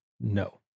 No